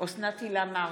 אוסנת הילה מארק,